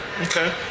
Okay